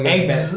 Eggs